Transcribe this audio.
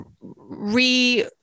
re-